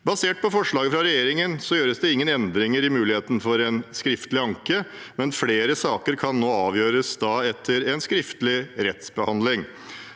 Basert på forslaget fra regjeringen gjøres det ingen endringer i muligheten for en skriftlig anke, men flere saker kan nå avgjøres etter en skriftlig realitetsbehandling.